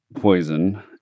poison